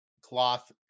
cloth